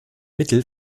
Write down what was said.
mittel